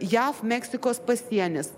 jav meksikos pasienis